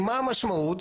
מה המשמעות?